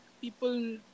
people